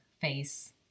face